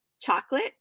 chocolate